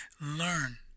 Learn